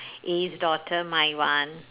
Eve's daughter my one